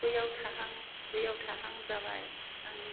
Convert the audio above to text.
बैयाव थाहां बैयाव थाहां जाबाय आङो